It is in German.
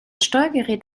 steuergerät